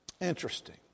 Interesting